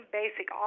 basic